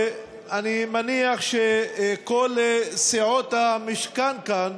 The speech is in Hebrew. ואני מניח שכל סיעות המשכן כאן